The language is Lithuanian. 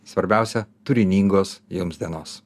svarbiausia turiningos jums dienos